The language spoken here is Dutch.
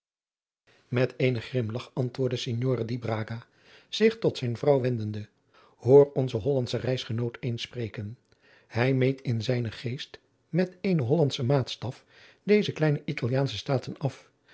met eenen grimlach antwoordde signore di braga zich tot zijne vrouw wendende hoor onzen hollandschen reisgenoot eens spreken hij meet in zijnen geest met eenen hollandschen maatstaf deze kleine italiaansche staten af